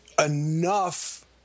enough